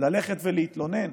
ללכת ולהתלונן,